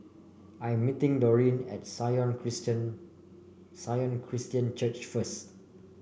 I am meeting Dorene at Sion Christian Sion Christian Church first